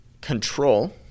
control